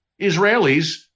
israelis